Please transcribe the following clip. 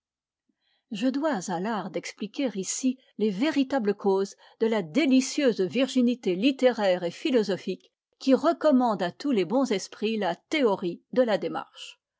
je dois à l'art d'expliquer ici les véritables causes de la délicieuse virginité littéraire et philosophique qui recommande à tous les bons esprits la théorie de la démarche